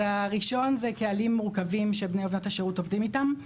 אז הראשון זה קהלים מורכבים שבני ובנות השירות עובדים איתם.